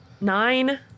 nine